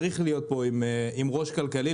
צריך להיות פה עם ראש כלכלי,